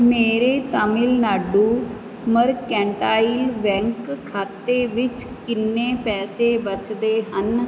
ਮੇਰੇ Tamil Nadu mercantile bank ਖਾਤੇ ਵਿੱਚ ਕਿੰਨੇ ਪੈਸੇ ਬਚਦੇ ਹਨ